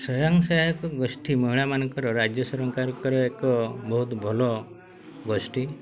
ସ୍ୱୟଂ ସହାୟକ ଗୋଷ୍ଠୀ ମହିଳାମାନଙ୍କର ରାଜ୍ୟ ସରକାରଙ୍କର ଏକ ବହୁତ ଭଲ ଗୋଷ୍ଠୀ